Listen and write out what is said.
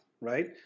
right